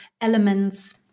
elements